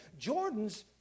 Jordans